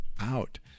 out